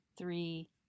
three